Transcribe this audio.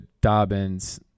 Dobbins